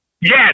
Yes